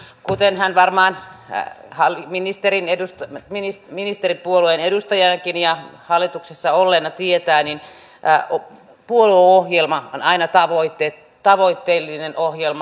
kuten hän varmaan ministeripuolueen edustajana ja hallituksessa olleena tietää niin puolueohjelma on aina tavoite tavoitteellinen ohjelma